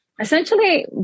Essentially